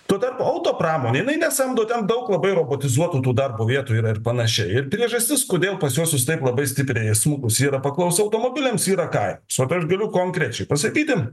tuo tarpu autopramonė jinai nesamdo ten daug labai robotizuotų tų darbo vietų yra ir panašiai priežastis kodėl pas juosius taip labai stipriai smukusi paklausa automobiliams yra kainos vat aš galiu konkrečiai pasakyti